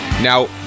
Now